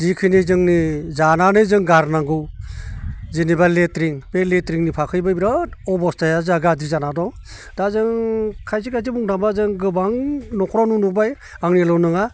जिखिनि जोंनि जानानै जों गारनांगौ जेनोबा लेट्रिन बे लेट्रिननि फाखैबो बिराद अबस्थाया जाहा गाज्रि जाना दं दा जों खायसे खायसे बुंनो थांब्ला जों गोबां न'खरावनो नुबाय आंनिल' नङा